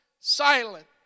Silent